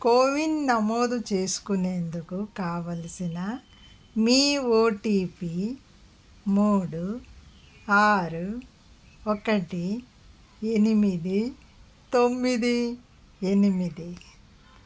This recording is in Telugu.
కోవిన్ నమోదు చేసుకునేందుకు కావలసిన మీ ఓటీపీ మూడు ఆరు ఒకటి ఎనిమిది తొమ్మిది ఎనిమిది